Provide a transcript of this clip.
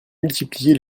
multiplié